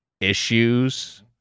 issues